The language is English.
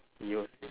he was saying